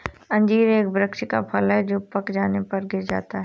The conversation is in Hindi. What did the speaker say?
अंजीर एक वृक्ष का फल है जो पक जाने पर गिर जाता है